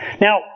Now